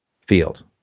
field